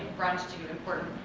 brunch to important,